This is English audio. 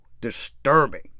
Disturbing